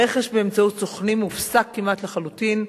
הרכש באמצעות סוכנים הופסק כמעט לחלוטין,